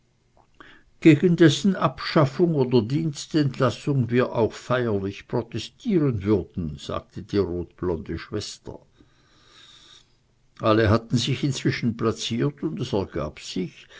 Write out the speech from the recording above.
gegen dessen abschaffung oder dienstentlassung wir auch feierlich protestieren würden sagte die rotblonde schwester alle hatten sich inzwischen plaziert und es ergab sich